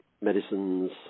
medicines